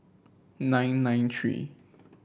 nine nine three